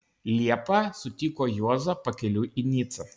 liepą sutiko juozą pakeliui į nicą